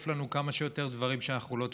לנו כמה שיותר דברים שאנחנו לא צריכים.